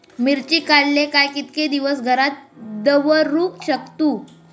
मिर्ची काडले काय कीतके दिवस घरात दवरुक शकतू?